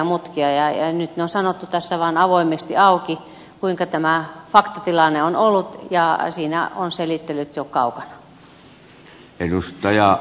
nyt se on sanottu tässä vain avoimesti auki mikä tämä faktatilanne on ollut ja siinä on selittelyt jo kaukana